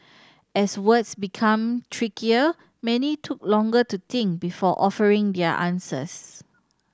as words become trickier many took longer to think before offering their answers